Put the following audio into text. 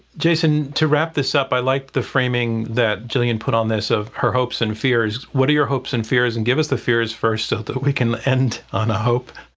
jason, to wrap this up i like the framing that gillian put on this of her hopes and fears what are your hopes and fears? and give us the fears first so that we can end on a hope.